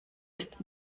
ist